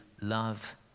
love